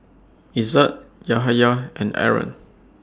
Izzat Yahaya and Aaron